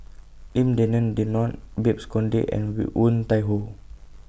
Lim Denan Denon Babes Conde and Woon Tai Ho